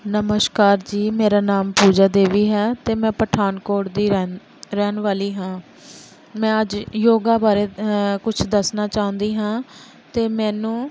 ਨਮਸਕਾਰ ਜੀ ਮੇਰਾ ਨਾਮ ਪੂਜਾ ਦੇਵੀ ਹੈ ਅਤੇ ਮੈਂ ਪਠਾਨਕੋਟ ਦੀ ਰਹਿਨ ਰਹਿਣ ਵਾਲੀ ਹਾਂ ਮੈਂ ਅੱਜ ਯੋਗਾ ਬਾਰੇ ਕੁਛ ਦੱਸਣਾ ਚਾਹੁੰਦੀ ਹਾਂ ਅਤੇ ਮੈਨੂੰ